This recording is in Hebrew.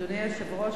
אדוני היושב-ראש,